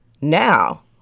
now